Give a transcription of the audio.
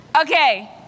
Okay